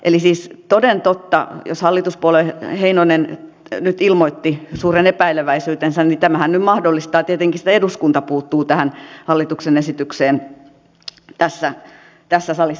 eli siis toden totta jos hallituspuolueen heinonen nyt ilmoitti suuren epäileväisyytensä niin tämähän nyt mahdollistaa tietenkin että eduskunta puuttuu tähän hallituksen esitykseen tässä salissa